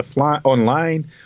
online